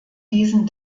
diesen